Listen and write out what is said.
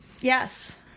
Yes